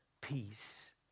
peace